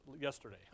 yesterday